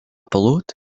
pelut